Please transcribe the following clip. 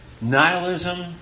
nihilism